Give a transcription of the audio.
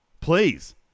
Please